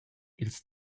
ils